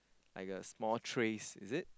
like a small trays is it